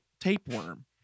tapeworm